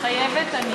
מתחייבת אני